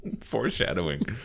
Foreshadowing